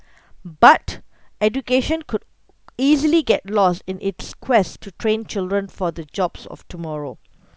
but education could easily get lost in its quest to train children for the jobs of tomorrow